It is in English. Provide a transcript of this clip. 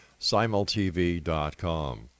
simultv.com